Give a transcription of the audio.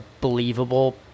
believable